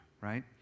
right